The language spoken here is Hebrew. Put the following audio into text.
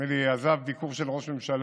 נדמה לי שעזב ביקור של ראש הממשלה,